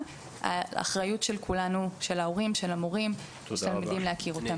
האמצעים קיימים והאחריות של כולנו להכיר אותם.